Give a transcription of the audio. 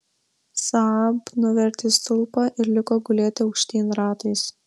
saab nuvertė stulpą ir liko gulėti aukštyn ratais